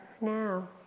now